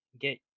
get